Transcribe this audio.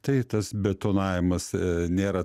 tai tas betonavimas nėra